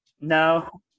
No